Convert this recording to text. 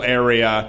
area